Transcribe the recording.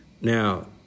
Now